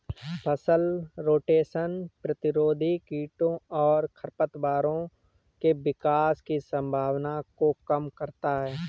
फसल रोटेशन प्रतिरोधी कीटों और खरपतवारों के विकास की संभावना को कम करता है